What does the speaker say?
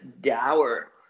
Dower